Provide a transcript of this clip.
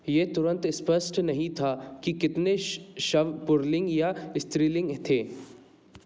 यह तुरंत स्पष्ट नहीं था कि कितने शव पुल्लिंग या स्त्रीलिंग थे